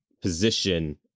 position